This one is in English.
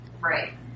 right